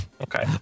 Okay